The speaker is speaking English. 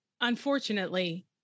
unfortunately